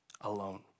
alone